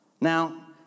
Now